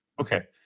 okay